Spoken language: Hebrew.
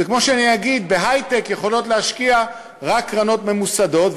זה כמו שאני אגיד שבהיי-טק יכולות להשקיע רק קרנות ממוסדות,